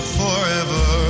forever